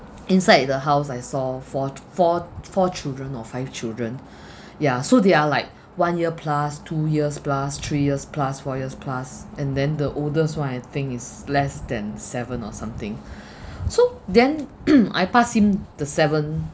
inside the house I saw four four four children or five children ya so they are like one year plus two years plus three years plus four years plus and then the oldest one I think is less than seven or something so then I passed him the seven